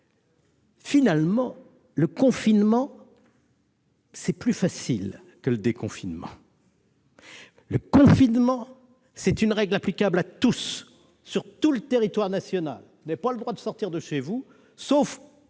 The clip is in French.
finalement, le confinement est plus facile que le déconfinement. Le confinement, c'est une règle applicable à tous, sur tout le territoire national : vous n'avez pas le droit de sortir de chez vous, sauf